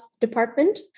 department